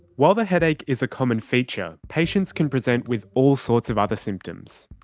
while the headache is a common feature, patients can present with all sorts of other symptoms.